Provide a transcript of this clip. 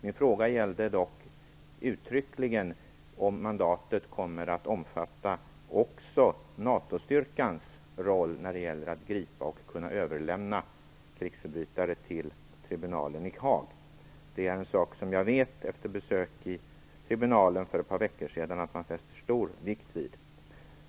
Min fråga gällde dock uttryckligen om mandatet kommer att omfatta också NATO-styrkans roll när det gäller att gripa och överlämna krigsförbrytare till tribunalen i Haag. Det är en sak som jag vet, efter besök vid tribunalen för ett par veckor sedan, att man fäster stor vikt vid.